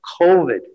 COVID